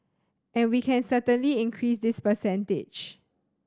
and we can certainly increase this percentage